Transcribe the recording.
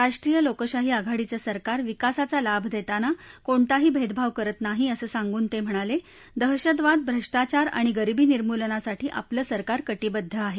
राष्ट्रीय लोकशाही आघाडीचं सरकार विकासाचा लाभ देताना कोणताही भेदभाव करत नाही असं सांगून ते म्हणाले दहशतवाद भ्रष्टाचार आणि गरीबी निर्मूलनासाठी आपलं सरकार कटिबद्ध आहे